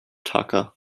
tucker